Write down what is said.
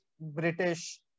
British